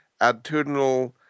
attitudinal